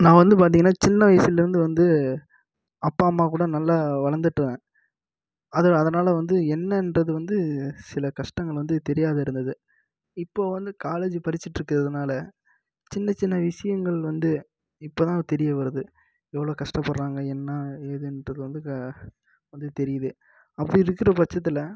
நான் வந்து பார்த்திங்கனா சின்ன வயசுலருந்து வந்து அப்பா அம்மா கூட நல்ல வளர்ந்துட்டேன் அது அதனால் வந்து என்னென்றது வந்து சில கஷ்டங்கள் வந்து தெரியாத இருந்தது இப்போ வந்து காலேஜ்ஜு படிச்சிட்ருக்கிறதுனால சின்ன சின்ன விஷயங்கள் வந்து இப்போ தான் தெரிய வருது எவ்வளோ கஷ்டப்பட்றாங்க என்ன ஏதுன்றது வந்து வந்து தெரியிது அப்படி இருக்கிற பட்சத்தில்